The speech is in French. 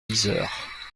yzeure